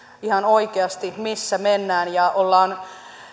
ihan oikeasti missä mennään ja ollaan